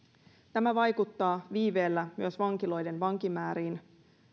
tämä vaikuttaa viiveellä myös vankiloiden vankimääriin